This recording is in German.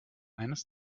eines